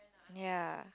ya